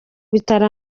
bitaro